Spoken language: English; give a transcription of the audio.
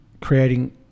creating